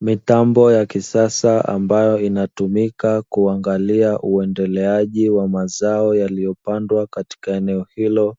Mitambo ya kisasa ambayo inatumika kuangalia uendeleaji wa mazao yaliyopandwa katika eneo hilo,